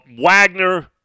Wagner